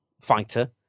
fighter